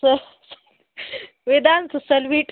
स वेदांत सलवीट